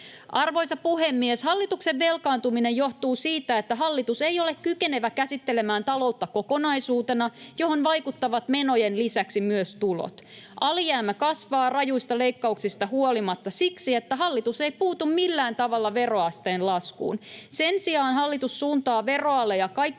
Arvoisa puhemies! Hallituksen velkaantuminen johtuu siitä, että hallitus ei ole kykenevä käsittelemään taloutta kokonaisuutena, johon vaikuttavat menojen lisäksi tulot. Alijäämä kasvaa rajuista leikkauksista huolimatta siksi, että hallitus ei puutu millään tavalla veroasteen laskuun. Sen sijaan hallitus suuntaa veroaleja kaikkein